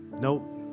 Nope